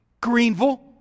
Greenville